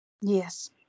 Yes